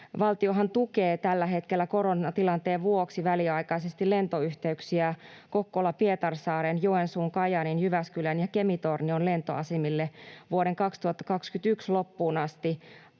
Valtiohan tukee tällä hetkellä koronatilanteen vuoksi väliaikaisesti lentoyhteyksiä Kokkola-Pietarsaaren, Joensuun, Kajaanin, Jyväskylän ja Kemi-Tornion lentoasemille vuoden 2021 loppuun asti